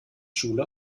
schule